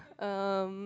um